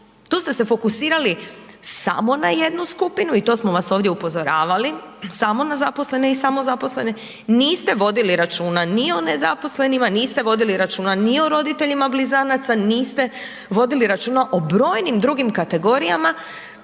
Tu ste se fokusirali samo na jednu skupinu i to smo vas ovdje upozoravali, samo na zaposlene i samozaposlene, niste vodili računa ni o nezaposlenima, niste vodili računa ni o roditeljima blizanaca, niste vodili računa o brojnim drugim kategorijama